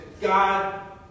God